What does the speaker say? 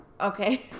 Okay